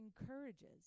encourages